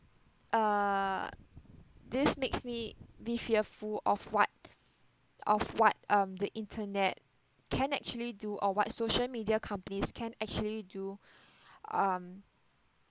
uh this makes me be fearful of what of what um the internet can actually do or what social media companies can actually do um